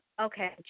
okay